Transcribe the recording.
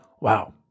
Wow